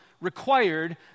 required